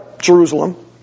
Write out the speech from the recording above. Jerusalem